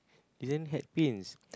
isn't hat pins